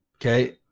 Okay